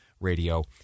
Radio